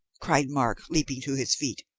cried mark, leaping to his feet.